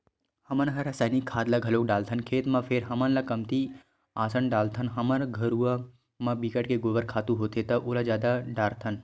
हमन ह रायसायनिक खाद ल घलोक डालथन खेत म फेर हमन ह कमती असन डालथन हमर घुरूवा म बिकट के गोबर खातू होथे त ओला जादा डारथन